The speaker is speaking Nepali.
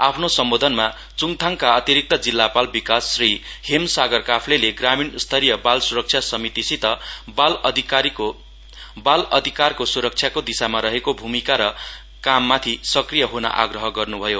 आफ्नो सम्बोधनमा च्डथाडका अतिरिक्त जिल्लापाल विकास श्री हेम सागर काफलेले ग्रामीण स्तरीय बाल सुरक्षा समितिसित बाल अधिकारको सुरक्षाको दिशामा रहेको भूमिका र काममाथि सक्रिय ह्न आग्रह गर्न्भयो